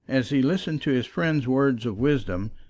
as he listened to his friend's words of wisdom,